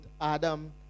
Adam